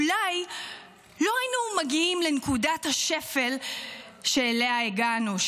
אולי לא היינו מגיעים לנקודת השפל שאליה הגענו,